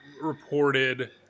reported